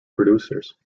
producers